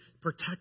protect